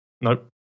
Nope